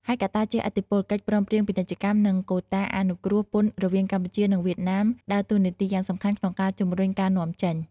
ហើយកត្តាជះឥទ្ធិពល កិច្ចព្រមព្រៀងពាណិជ្ជកម្ម និងកូតាអនុគ្រោះពន្ធរវាងកម្ពុជា និងវៀតណាមដើរតួនាទីយ៉ាងសំខាន់ក្នុងការជំរុញការនាំចេញ។